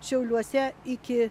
šiauliuose iki